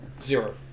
Zero